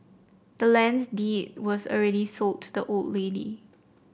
the land's deed was sold to the old lady